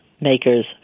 makers